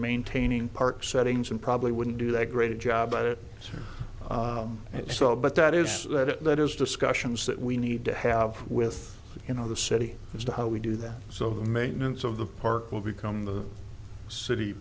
maintaining park settings and probably wouldn't do that great job by that and so but that is that that is discussions that we need to have with you know the city as to how we do that so the maintenance of the park will become the city